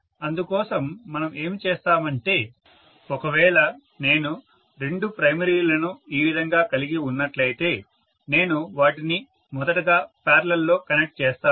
అందుకోసం మనం ఏమి చేస్తామంటే ఒకవేళ నేను రెండు ప్రైమరీలను ఈ విధంగా కలిగి ఉన్నట్లయితే నేను వాటిని మొదటగా పారలల్ లో కనెక్ట్ చేస్తాను